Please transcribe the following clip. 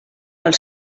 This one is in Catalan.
els